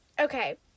okay